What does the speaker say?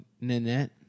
Nanette